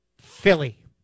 Philly